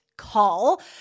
Call